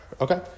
Okay